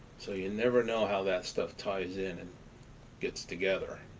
so, you never know how that stuff ties in and gets together.